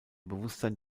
bewusstsein